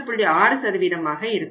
6 ஆக இருக்கும்